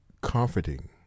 comforting